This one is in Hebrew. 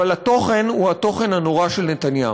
אבל התוכן הוא התוכן הנורא של נתניהו.